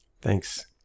Thanks